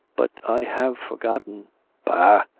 but i have forgotten bah!